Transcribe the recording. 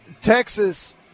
Texas